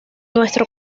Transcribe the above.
nuestro